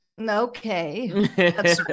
Okay